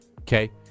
okay